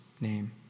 name